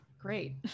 great